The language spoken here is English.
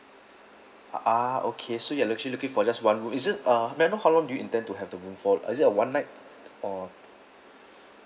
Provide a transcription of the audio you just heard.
a'ah okay so you actually looking for just one is it uh may I know how long do you intend to have the room for is it uh one night or